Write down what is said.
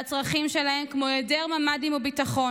והצרכים שלהם, כמו היעדר ממ"דים או ביטחון.